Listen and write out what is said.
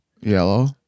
Yellow